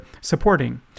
supporting